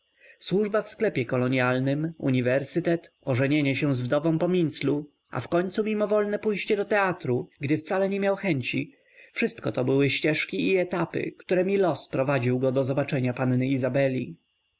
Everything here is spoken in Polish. służba w sklepie kolonialnym uniwersytet ożenienie się z wdową po minclu a w końcu mimowolne pójście do teatru gdy wcale nie miał chęci wszystko to były ścieżki i etapy któremi los prowadził go do zobaczenia panny izabeli